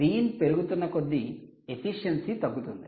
Vin పెరుగుతున్న కొద్దీ efficiency తగ్గుతుంది